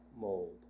mold